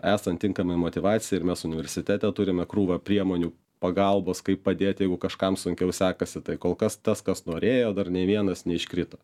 esant tinkamai motyvacijai ir mes universitete turime krūvą priemonių pagalbos kaip padėti jeigu kažkam sunkiau sekasi tai kol kas tas kas norėjo dar nė vienas neiškrito